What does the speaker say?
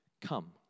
come